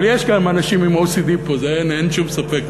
אבל יש כמה אנשים עם OCD פה, אין שום ספק.